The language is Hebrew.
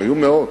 היו מאות.